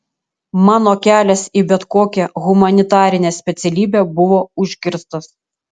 mano kelias į bet kokią humanitarinę specialybę buvo užkirstas